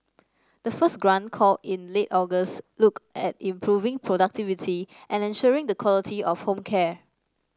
the first grant call in late August looked at improving productivity and ensuring the quality of home care